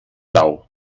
lau